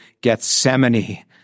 Gethsemane